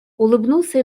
улыбнулся